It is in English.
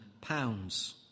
pounds